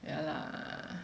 ya lah